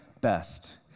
best